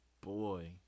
Boy